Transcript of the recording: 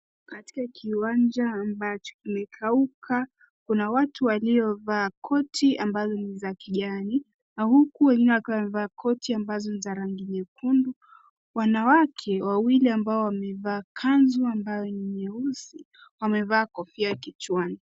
Katika kiwanja ambacho kimekauka kuna watu waliovaa koti ambazo ni za kijani. Huku wengine wakivaa koti ambazo ni za rangi nyekundu. Wanawake wawili ambao wamevaa kanzu ambayo ni nyeusi wamevaa kofia kichwani.